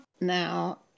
now